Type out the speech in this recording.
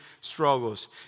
struggles